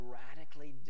radically